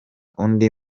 undi